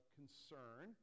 concern